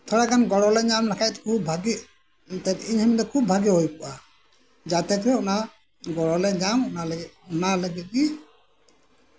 ᱛᱷᱚᱲᱟᱜᱟᱱ ᱜᱚᱲᱚ ᱞᱮ ᱧᱟᱢ ᱞᱮᱠᱷᱟᱱ ᱠᱷᱩᱵ ᱵᱷᱟᱹᱜᱤ ᱮᱱᱛᱮᱫ ᱤᱧ ᱦᱚᱧ ᱢᱮᱱ ᱮᱫᱟ ᱠᱷᱩᱵ ᱵᱷᱟᱹᱜᱤ ᱦᱩᱭ ᱠᱚᱜᱼᱟ ᱡᱟᱛᱮ ᱠᱚᱨᱮ ᱚᱱᱟ ᱜᱚᱲᱚ ᱞᱮ ᱧᱟᱢ ᱚᱱᱟ ᱞᱟᱹᱜᱤᱫ ᱜᱮ